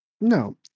no